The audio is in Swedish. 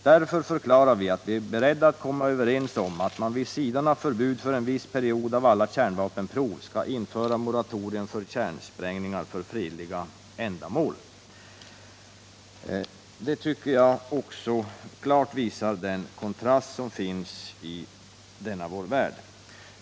Därför förklarar vi att vi är beredda att komma överens om att man vid sidan av förbud för en viss period av alla kärnvapenprov skall införa moratorium för kärnsprängningar för fredliga ändamål.” Detta uttalande tycker jag klart visar den kontrast som finns i denna vår värld.